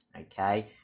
okay